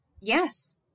yes